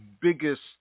biggest